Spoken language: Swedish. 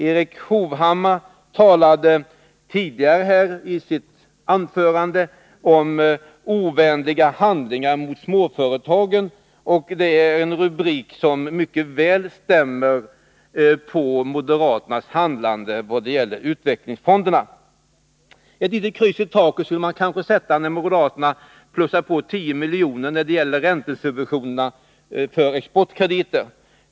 Erik Hovhammar talade i sitt anförande tidigare om ovänliga handlingar mot småföretagen, och det är en rubrik som mycket väl stämmer in på moderaternas handlande vad gäller utvecklingsfonderna. Ett litet kors i taket skulle man kanske sätta när moderaterna plussar på 10 miljoner i fråga om räntesubventioner för exportkrediter.